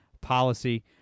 policy